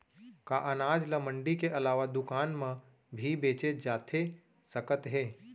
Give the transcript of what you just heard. का अनाज ल मंडी के अलावा दुकान म भी बेचे जाथे सकत हे?